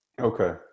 Okay